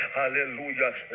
hallelujah